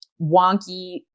wonky